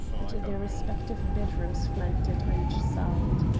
and their respective bedrooms flanked it on each side.